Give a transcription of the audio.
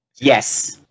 Yes